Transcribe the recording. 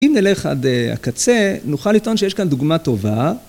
אם נלך עד הקצה, נוכל לטעון שיש כאן דוגמה טובה...